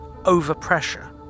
overpressure